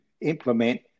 implement